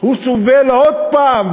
והוא סובל עוד פעם,